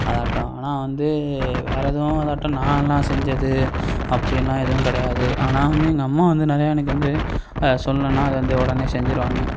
அதாட்டம் ஆனால் வந்து வேற எதுவும் அதாட்டம் நான் எல்லாம் செஞ்சது அப்படின்லாம் எதுவும் கிடையாது ஆனால் வந்து எங்கள் அம்மா வந்து நிறையா எனக்கு வந்து அதை சொல்லணுன்னா அது வந்து உடனே செஞ்சிருவாங்கள்